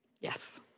Yes